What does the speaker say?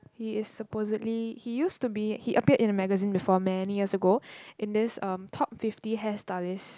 he is supposedly he used to be he appeared in a magazine before many years ago in this um top fifty hairstylist